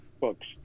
books